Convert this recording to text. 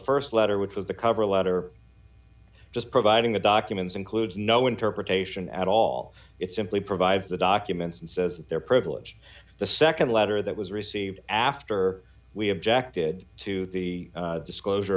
the st letter which was the cover letter just providing the documents includes no interpretation at all it simply provides the documents and says their privilege the nd letter that was received after we objected to the disclosure